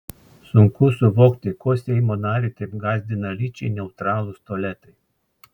sunku suvokti ko seimo narį taip gąsdina lyčiai neutralūs tualetai